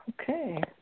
Okay